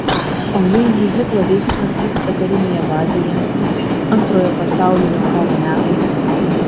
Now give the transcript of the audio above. o jei miuziklo veiksmas vyksta karinėje bazėje antrojo pasaulinio karo metais